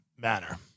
manner